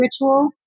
ritual